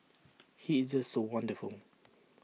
he is just so wonderful